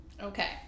Okay